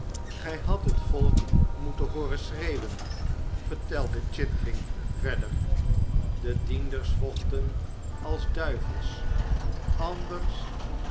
gij hadt het volk moeten hooren schreeuwen vertelde chitling verder de dienders vochten als duivels anders